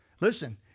Listen